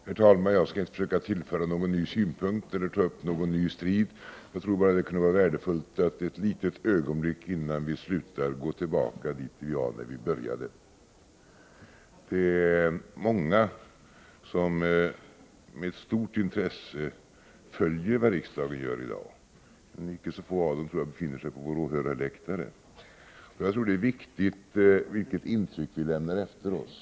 Herr talman! Jag skall inte försöka tillföra någon ny synpunkt eller ta upp någon ny strid. Jag tror bara att det kunde vara värdefullt att ett litet ögonblick, innan vi slutar, gå tillbaka dit där vi var när vi började. Det är många som med stort intresse följer vad riksdagen gör i dag — icke så få av dem befinner sig, tror jag, på vår åhörarläktare. Det är viktigt vilket intryck vi lämnar efter oss.